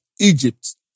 Egypt